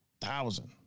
Thousand